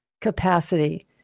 capacity